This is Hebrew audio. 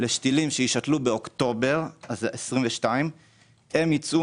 לשתילים שיישתלו באוקטובר 22'. הם ייצאו